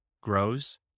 grows